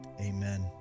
Amen